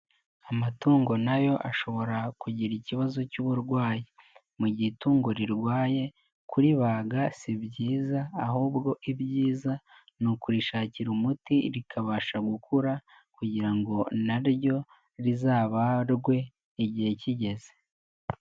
Amatungo nayo ashobora kugira ikibazo cy'uburwayi, mu gihe itungo rirwaye, kuribaga si byiza, ahubwo ibyiza ni ukurishakira umuti, rikabasha gukura kugira ngo naryo rizabarwe igihe kigeze.